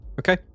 Okay